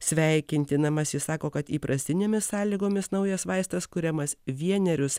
sveikintinamas jis sako kad įprastinėmis sąlygomis naujas vaistas kuriamas vienerius